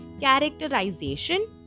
characterization